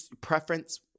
preference